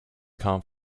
come